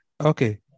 okay